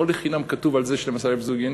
לא לחינם כתוב על זה 12,000 זוגין,